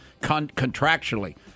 contractually